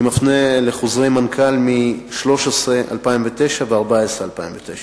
אני מפנה לחוזרי מנכ"ל 13/2009 ו-14/2009.